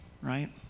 right